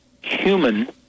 human